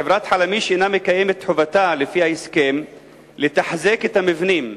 חברת "חלמיש" אינה מקיימת את חובתה לפי ההסכם לתחזק את המבנים,